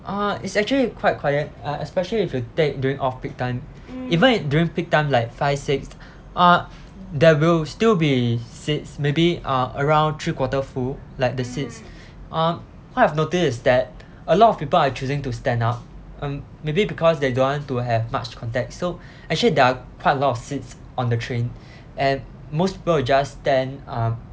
uh it's actually quite quiet uh especially if you take during off-peak time even during peak time like five six uh there will still be seats maybe uh around three quarter full like the seats uh what I've noticed is that a lot of people are choosing to stand up maybe because they want to have much contact so actually there are quite a lot of seats on the train and most people will just stand uh